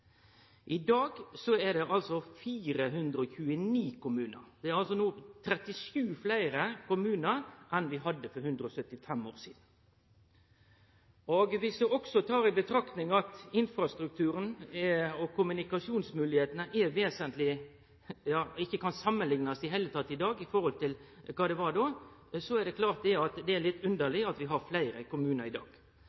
I dag er det 429 kommunar. Det er altså no 37 fleire kommunar enn vi hadde for 175 år sidan. Dersom ein også tek i betraktning at infrastrukturen og kommunikasjonsmoglegheitene i dag ikkje kan samanliknast i det heile med det som var då, er det klart at det er litt